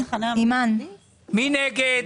מי נגד?